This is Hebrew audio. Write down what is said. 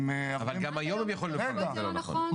--- אבל גם היום הם יכולים לפרש את זה לא נכון.